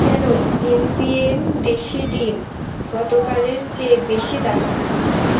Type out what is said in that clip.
কেন এমপিএম দেশি ডিম গতকালের চেয়ে বেশি দামি